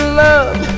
love